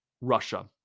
Russia